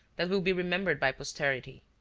that will be remembered by posterity.